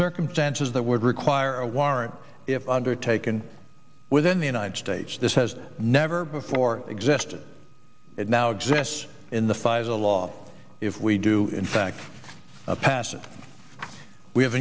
circumstances that would require a warrant if undertaken within the united states this has never before existed it now exists in the five a law if we do in fact pass it we have